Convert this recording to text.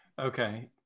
Okay